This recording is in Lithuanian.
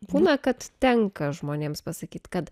būna kad tenka žmonėms pasakyt kad